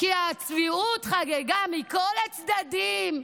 כי הצביעות חגגה מכל הצדדים,